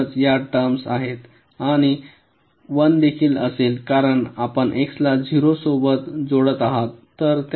म्हणूनच या 2 टर्म्स आहेत आणि 1 देखील असेल कारण आपण x ला 0 सोबत जोडत आहात